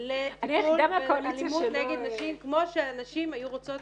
לטיפול באלימות נגד נשים כמו שהנשים היו רוצות.